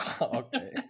Okay